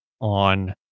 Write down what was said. on